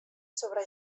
sobre